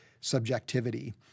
subjectivity